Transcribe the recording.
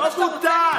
זה מה שאתה רוצה?